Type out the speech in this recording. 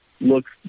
looks